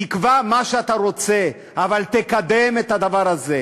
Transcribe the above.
תקבע מה שאתה רוצה, אבל תקדם את הדבר הזה.